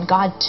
God